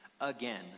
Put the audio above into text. again